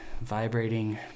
vibrating